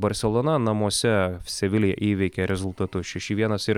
barselona namuose seviliją įveikė rezultatu šeši vienas ir